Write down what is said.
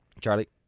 Charlie